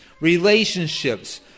relationships